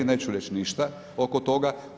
Neću reći ništa oko toga.